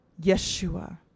Yeshua